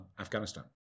Afghanistan